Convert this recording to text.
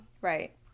Right